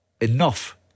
enough